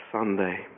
Sunday